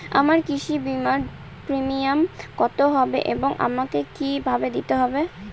আমার কৃষি বিমার প্রিমিয়াম কত হবে এবং আমাকে কি ভাবে দিতে হবে?